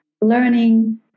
learning